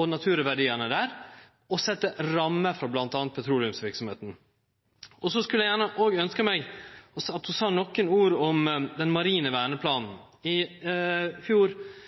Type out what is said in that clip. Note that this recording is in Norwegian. og naturverdiane der, og set rammer bl.a. for petroleumsverksemda. Så vil eg òg gjerne at ho kunne seie nokre ord om den marine verneplanen. I fjor